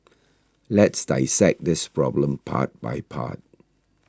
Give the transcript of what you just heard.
let's dissect this problem part by part